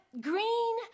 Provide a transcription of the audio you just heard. Green